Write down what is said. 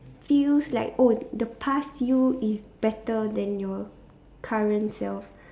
feels like oh the past you is better then your current self